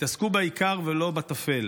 תתעסקו בעיקר ולא בטפל,